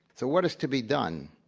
so what is to be done?